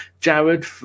Jared